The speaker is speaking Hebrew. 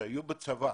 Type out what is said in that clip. שהיו בצבא.